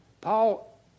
Paul